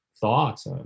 thoughts